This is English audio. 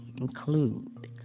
include